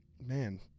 man